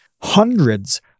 hundreds